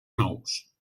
nous